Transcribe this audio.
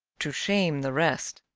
to shame the rest,